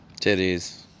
titties